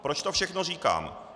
Proč to všechno říkám?